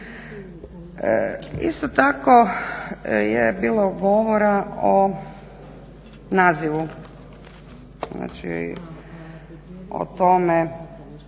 Isto tako je bilo govora o nazivu, znači o tome